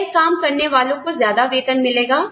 यह काम करने वाले लोगों को ज्यादा वेतन मिलेगा